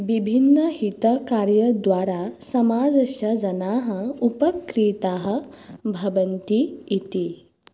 विभिन्नहितकार्यद्वारा समाजस्य जनाः उपकृताः भवन्ति इति